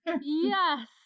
yes